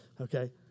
okay